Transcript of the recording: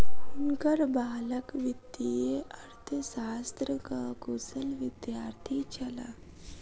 हुनकर बालक वित्तीय अर्थशास्त्रक कुशल विद्यार्थी छलाह